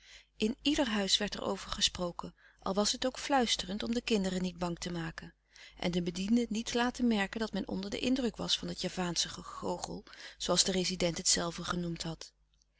in ieder huis werd er over gesproken al was het ook fluislouis couperus de stille kracht terend om de kinderen niet bang te maken en de bedienden niet te laten merken dat men onder den indruk was van het javaansche gegoochel zooals de rezident het zelve genoemd had